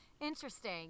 interesting